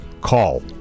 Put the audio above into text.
Call